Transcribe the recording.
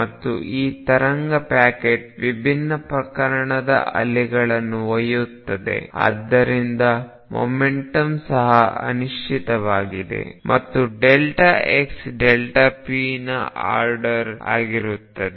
ಮತ್ತು ಈ ತರಂಗ ಪ್ಯಾಕೆಟ್ ವಿಭಿನ್ನ ಪ್ರಕರಣದ ಅಲೆಗಳನ್ನು ಒಯ್ಯುತ್ತದೆ ಆದ್ದರಿಂದ ಮೊಮೆಂಟಮ್ ಸಹ ಅನಿಶ್ಚಿತವಾಗಿದೆ ಮತ್ತು xp ನ ಆರ್ಡರ್ ಆಗುತ್ತದೆ